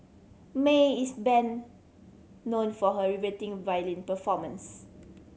Mae is ben known for her riveting violin performance